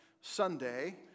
Sunday